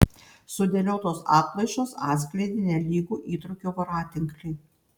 sudėliotos atplaišos atskleidė nelygų įtrūkių voratinklį